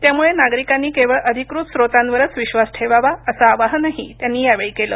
त्यामुळं नागरिकांनी केवळ अधिकृत स्रोतांवरच विश्वास ठेवावा असं आवाहनही त्यांनी यावेळी केलं